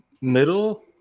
middle